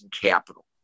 capital